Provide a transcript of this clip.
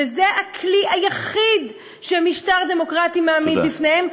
וזה הכלי היחיד שמשטר דמוקרטי מעמיד בפניהם,